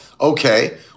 Okay